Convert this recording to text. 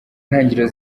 ntangiriro